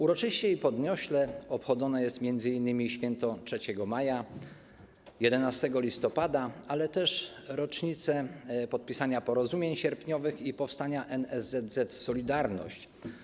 Uroczyście i podniośle obchodzone jest m.in. święto 3 maja, 11 listopada, ale też rocznice podpisania porozumień sierpniowych i powstania NSZZ ˝Solidarność˝